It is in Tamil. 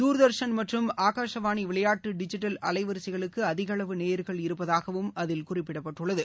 தர்தர்ஷன் மற்றம் ஆகாசவானி விளையாட்டு டிஜிட்டல் அலைவரிசைகளுக்கு அதிக அளவு நேயர்கள் இருப்பதாகவும் அதில் குறிப்பிடப்பட்டுள்ளது